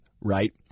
right